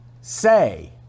say